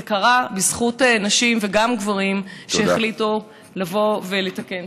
זה קרה בזכות נשים וגם גברים שהחליטו לבוא ולתקן.